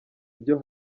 byo